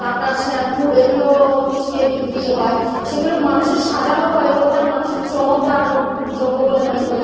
আপনার শ্যাম্পু এগুলো মিশিয়ে বিক্রি হয় সেগুলো মানুষের সাজানো কলে ওটা মানুষের চমকদার দ্রব্য বলে মনে করি